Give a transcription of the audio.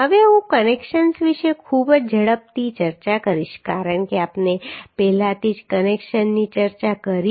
હવે હું કનેક્શન્સ વિશે ખૂબ જ ઝડપથી ચર્ચા કરીશ કારણ કે આપણે પહેલાથી જ કનેક્શનની ચર્ચા કરી છે